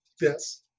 Yes